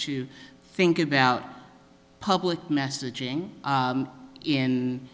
to think about public messaging in